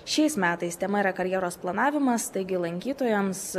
šiais metais tema yra karjeros planavimas taigi lankytojams